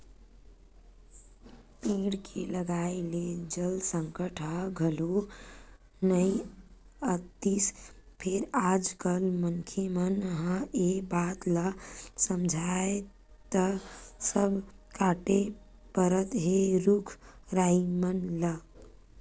पेड़ के लगाए ले जल संकट ह घलो नइ आतिस फेर आज कल मनखे मन ह ए बात ल समझय त सब कांटे परत हे रुख राई मन ल